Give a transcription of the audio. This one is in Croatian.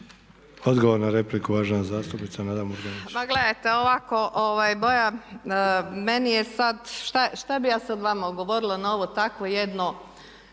Odgovor na repliku, uvažena zastupnica Anka Mrak-